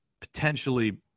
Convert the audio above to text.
potentially